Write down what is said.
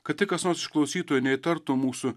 kad tik kas nors išklausytų neįtartų mūsų